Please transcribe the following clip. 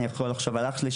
אני יכול לחשוב על אח שלי,